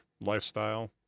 lifestyle